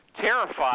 terrified